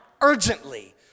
urgently